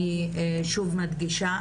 אני שוב מדגישה,